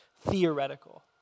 theoretical